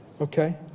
okay